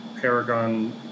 paragon